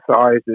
sizes